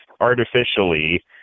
artificially